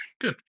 Good